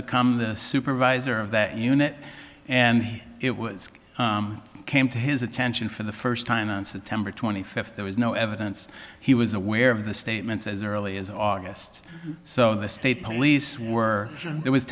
become the supervisor of that unit and it was came to his attention for the first time on september twenty fifth there was no evidence he was aware of the statements as early as august so the state police were it was